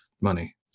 money